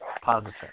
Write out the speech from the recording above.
positive